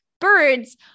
birds